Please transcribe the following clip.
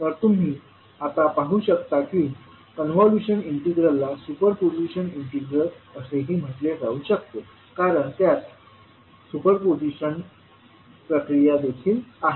तर तुम्ही आता पाहू शकता की कॉन्व्होल्यूशन इंटीग्रलला सुपर पोजीशन इंटिग्रल असेही म्हटले जाऊ शकते कारण त्यात सुपर पोजीशन प्रक्रिया देखील आहे